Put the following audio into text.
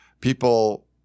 People